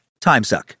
timesuck